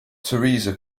theresa